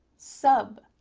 sub,